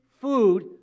food